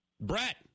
Brett